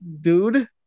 dude